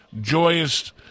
joyous